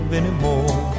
anymore